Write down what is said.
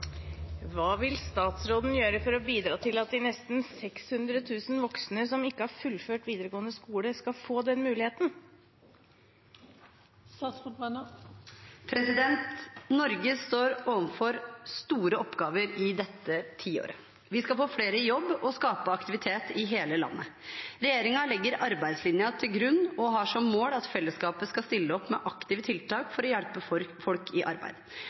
vil statsråden gjøre for å bidra til at de nesten 600 000 voksne som ikke har fullført videregående skole, skal få den muligheten?» Norge står overfor store oppgaver i dette tiåret. Vi skal få flere i jobb og skape aktivitet i hele landet. Regjeringen legger arbeidslinjen til grunn og har som mål at fellesskapet skal stille opp med aktive tiltak for å hjelpe folk i arbeid.